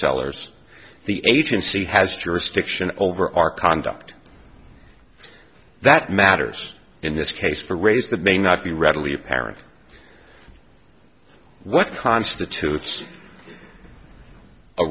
sellers the agency has jurisdiction over our conduct that matters in this case for a raise that may not be readily apparent what constitutes a